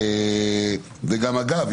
אגב,